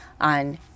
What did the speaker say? on